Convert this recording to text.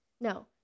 No